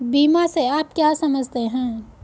बीमा से आप क्या समझते हैं?